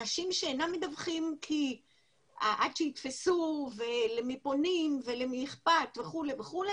אנשים שאינם מדווחים כי עד שיתפסו ולמי פונים ולמי אכפת וכו' וכו',